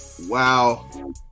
wow